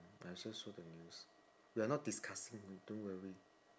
I just saw the news we are not discussing don't worry